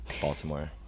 Baltimore